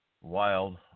wild